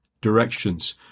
directions